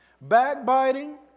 backbiting